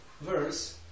verse